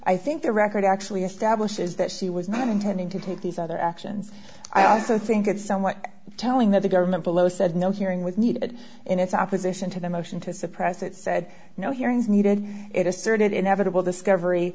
i think the record actually establishes that she was not intending to take these other actions i also think it's somewhat telling that the government below said no hearing with needed in its opposition to the motion to suppress it said no hearings needed it asserted inevitable discovery